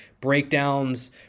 breakdowns